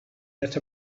that